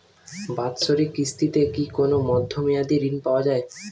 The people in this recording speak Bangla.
বাৎসরিক কিস্তিতে কি কোন মধ্যমেয়াদি ঋণ পাওয়া যায়?